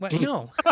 no